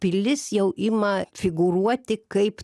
pilis jau ima figūruoti kaip